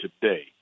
today